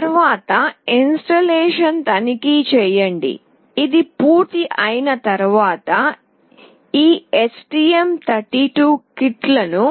తరువాత ఇన్స్టలేషన్ తనిఖీ చేయండి ఇది పూర్తయిన తర్వాత ఈ STM32 కిట్ను